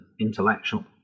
intellectual